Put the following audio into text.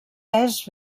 pes